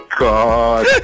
god